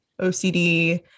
OCD